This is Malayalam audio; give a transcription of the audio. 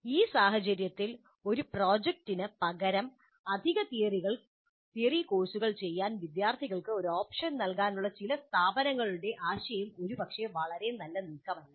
ഈ സാഹചര്യത്തിൽ ഒരു പ്രോജക്റ്റിന് പകരം അധിക തിയറി കോഴ്സുകൾ ചെയ്യാൻ വിദ്യാർത്ഥികൾക്ക് ഒരു ഓപ്ഷൻ നൽകാനുള്ള ചില സ്ഥാപനങ്ങളുടെ ആശയം ഒരുപക്ഷേ വളരെ നല്ല നീക്കമല്ല